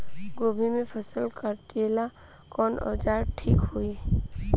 गोभी के फसल काटेला कवन औजार ठीक होई?